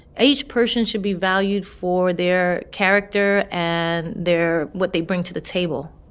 each person should be valued for their character and their what they bring to the table,